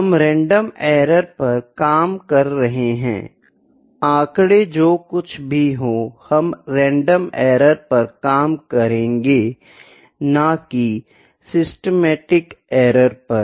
हम random error पर काम कर रहे है आंकड़े जो कुछ भी हो हम रैंडम एरर पर काम करेंगे न की सिस्टेमेटिक एरर पर